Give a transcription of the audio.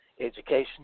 education